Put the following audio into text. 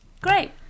great